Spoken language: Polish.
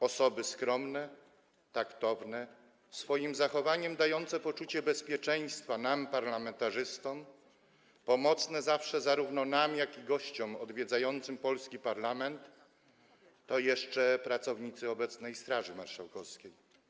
Osoby skromne, taktowne, swoim zachowaniem dające poczucie bezpieczeństwa nam, parlamentarzystom, pomocne zawsze zarówno nam, jak i gościom odwiedzającym polski parlament - to jeszcze pracownicy obecnej Straży Marszałkowskiej.